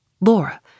Laura